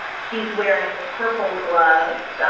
she is wearing purple gloves,